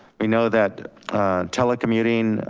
we know that telecommuting,